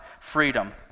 freedom